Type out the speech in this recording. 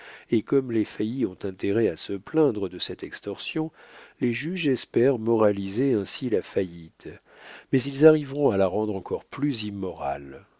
et comme les faillis ont intérêt à se plaindre de cette extorsion les juges espèrent moraliser ainsi la faillite mais ils arriveront à la rendre encore plus immorale